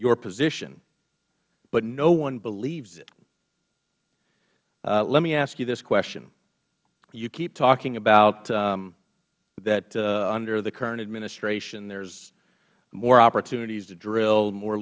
your position but no one believes it let me ask you this question you keep talking about that under the current administration there is more opportunity to drill more